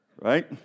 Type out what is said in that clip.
Right